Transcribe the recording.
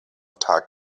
tag